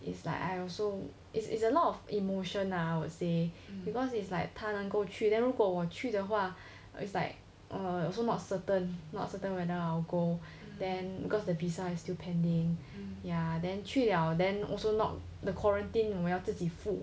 it's like I also it's it's a lot of emotion lah I would say because it's like 他能够去的如果我去的话 it's like err you also not certain not certain whether I will go then because the visa is still pending ya then 去 liao then also not the quarantine 我要自己付